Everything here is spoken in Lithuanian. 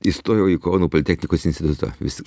įstojau į kauno politechnikos institutą vis tik